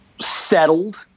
settled